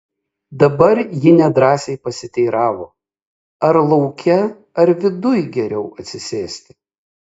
dabar ji nedrąsiai pasiteiravo ar lauke ar viduj geriau atsisėsti